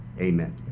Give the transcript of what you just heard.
amen